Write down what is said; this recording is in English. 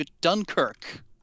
Dunkirk